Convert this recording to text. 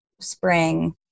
spring